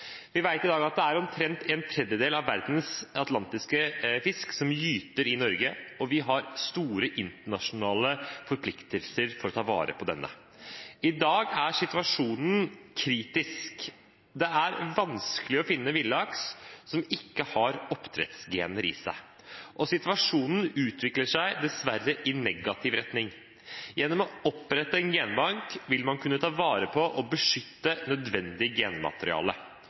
Vi vet i dag at det er omtrent en tredjedel av verdens atlantiske fisk som gyter i Norge, og vi har store internasjonale forpliktelser til å ta vare på denne. I dag er situasjonen kritisk. Det er vanskelig å finne villaks som ikke har oppdrettsgener i seg. Situasjonen utvikler seg dessverre i negativ retning. Gjennom å opprette en genbank vil man kunne ta vare på og beskytte nødvendig genmateriale. Det har de siste årene vært samlet inn genmateriale